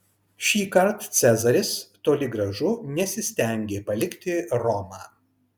šįkart cezaris toli gražu nesistengė palikti romą